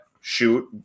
shoot